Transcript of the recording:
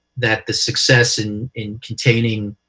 that the success in in containing